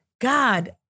God